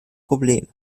problem